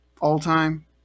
all-time